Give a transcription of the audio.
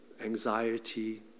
Anxiety